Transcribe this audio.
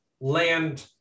land